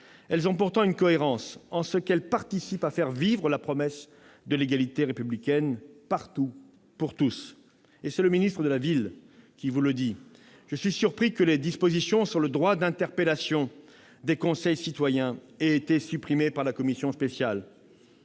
Elles ont pourtant une cohérence, en ce qu'elles participent à faire vivre la promesse de l'égalité républicaine partout et pour tous. En tant que ministre de la ville, je suis surpris que les dispositions sur le droit d'interpellation des conseils citoyens aient été supprimées par la commission spéciale.